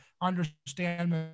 understand